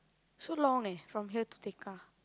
so long leh from here to Tekka